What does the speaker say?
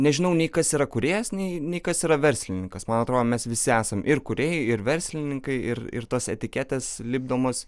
nežinau nei kas yra kūrėjas nei nei kas yra verslininkas man atrodo mes visi esam ir kūrėjai ir verslininkai ir ir tos etiketės lipdomos